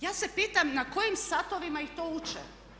Ja se pitam na kojim satovima ih to uče.